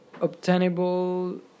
obtainable